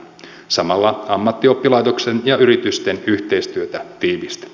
samalla ammattioppilaitoksen ja yritysten yhteistyötä tiivistetään